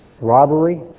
robbery